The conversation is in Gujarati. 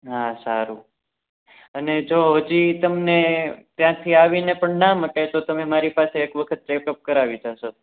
હા સારું અને જો હજી તમને ત્યાંથી આવીને પણ ના મટે તો તમે મારી પાસે એક વખત ચેકઅપ કરાવી જાશો